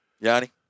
Yanni